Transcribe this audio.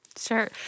Sure